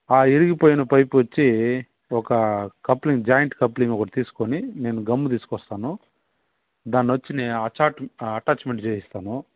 విరిగిపోయిన పైపు వచ్చి ఒక కప్లింగ్ జాయింట్ కప్లింగ్ ఒకటి తీసుకుని నేను గమ్ తీసుకుని వస్తాను దాన్నీ వచ్చి నేను అచాట్ అటాచ్మెంట్ చేస్తాను